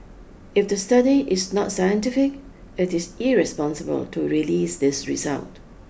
if the study is not scientific it is irresponsible to release these result